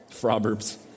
Proverbs